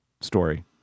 story